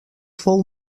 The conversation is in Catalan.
fou